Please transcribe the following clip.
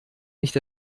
nicht